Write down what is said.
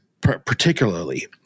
particularly